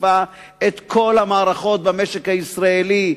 שמקיפה את כל המערכות במשק הישראלי,